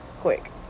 quick